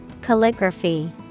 Calligraphy